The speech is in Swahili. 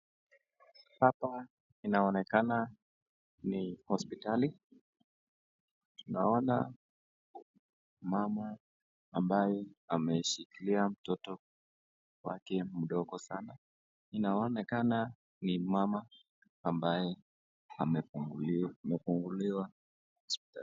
Hapa inaonekana ni hospitali, naona mama ambaye ameshikilia mtoto wake mdogo sana , inaonekana ni mama ambaye amefunguliwa hospitalini.